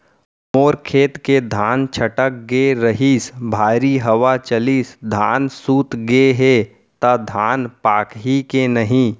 मोर खेत के धान छटक गे रहीस, भारी हवा चलिस, धान सूत गे हे, त धान पाकही के नहीं?